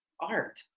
art